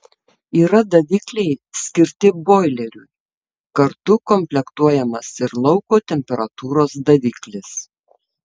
yra davikliai skirti boileriui kartu komplektuojamas ir lauko temperatūros daviklis